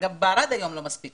גם בערד היום לא מספיק,